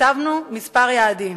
הצבנו כמה יעדים.